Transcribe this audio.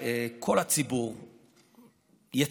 כל הציבור יציית,